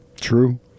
True